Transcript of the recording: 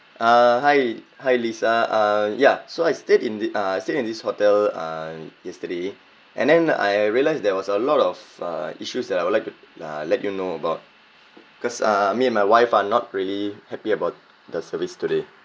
uh hi hi lisa uh ya so I stayed in the uh stayed in this hotel uh yesterday and then I realised there was a lot of uh issues that I would like to uh let you know about because uh me and my wife are not really happy about the service today